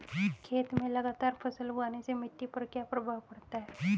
खेत में लगातार फसल उगाने से मिट्टी पर क्या प्रभाव पड़ता है?